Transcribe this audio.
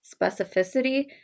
specificity